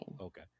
Okay